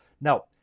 Now